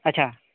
ᱟᱪᱪᱷᱟ